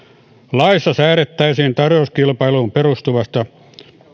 laissa säädettäisiin tarjouskilpailuun perustuvasta